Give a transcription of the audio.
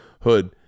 hood